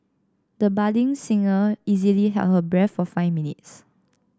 the budding singer easily held her breath for five minutes